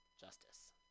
justice